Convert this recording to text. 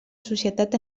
societat